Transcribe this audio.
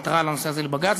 עתרה בנושא הזה לבג"ץ.